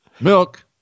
Milk